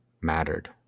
mattered